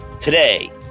Today